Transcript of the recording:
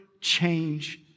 change